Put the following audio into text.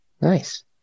Nice